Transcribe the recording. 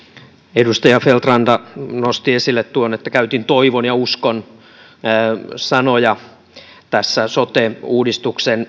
edustaja feldt ranta nosti esille tuon että käytin toivon ja uskon sanoja tässä sote uudistuksen